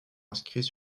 inscrits